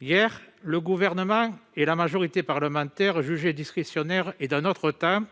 Hier, le Gouvernement et la majorité parlementaire jugeaient discrétionnaires et d'un autre temps